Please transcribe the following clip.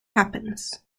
happens